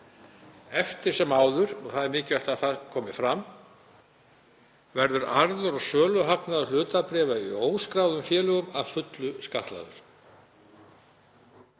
Eftir sem áður, og mikilvægt að það komi fram, verður arður og söluhagnaður hlutabréfa í óskráðum félögum að fullu skattlagður.